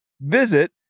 Visit